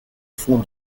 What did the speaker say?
fond